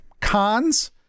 cons